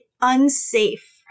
unsafe